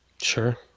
Sure